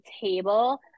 table